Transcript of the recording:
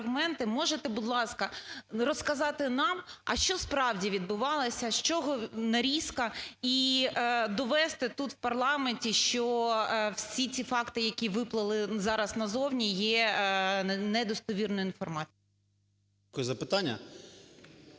можете, будь ласка, розказати нам, а що справді відбувалося, з чого нарізка. І довести тут в парламенті, що всі ці факти, які виплили зараз назовні є недостовірною інформацією. 12:52:43